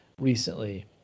recently